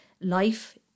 life